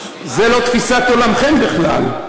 זו לא תפיסת עולמכם בכלל.